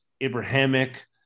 Abrahamic